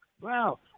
Wow